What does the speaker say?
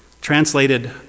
translated